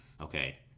Okay